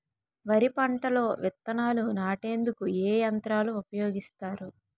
వరి పంటలో విత్తనాలు నాటేందుకు ఏ యంత్రాలు ఉపయోగిస్తారు?